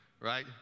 right